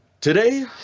Today